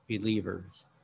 believers